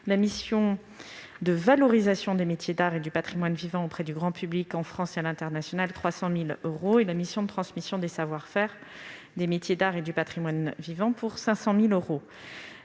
la mission de valorisation des métiers d'art et du patrimoine vivant auprès du grand public en France et à l'international pour 300 000 euros et la mission de de transmission des savoir-faire des métiers d'art et du patrimoine vivant pour 500 000 euros.